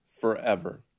forever